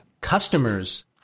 customers